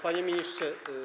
Panie Ministrze!